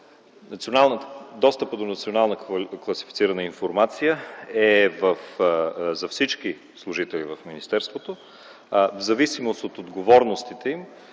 Достъпът до национална класифицирана информация е за всички служители в министерството, а в зависимост от отговорностите им